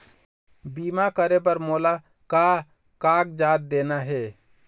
बीमा करे बर मोला का कागजात देना हे?